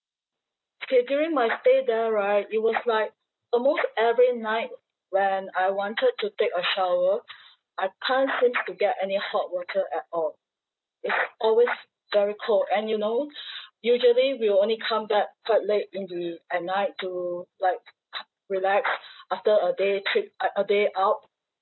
okay during my stay there right it was like almost every night when I wanted to take a shower I can't seems to get any hot water at all is always very cold and you know usually we only come back quite late in the at night to like relax after a day trip uh a day out